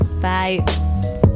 Bye